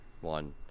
one